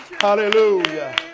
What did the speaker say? Hallelujah